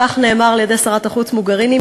כך נאמר על-ידי שרת החוץ מוגריני,